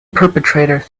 perpetrator